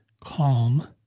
calm